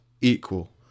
equal